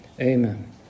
Amen